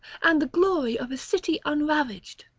and the glory of a city unravaged!